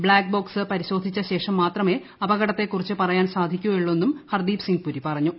black box പരിശോധിച്ച ശേഷം മാത്രമേ അപകടത്തെ കുറിച്ച് പറയാൻ സാധിക്കുകയുള്ളൂവെന്നും ഹർദീപ് സിങ് പുരി പറഞ്ഞു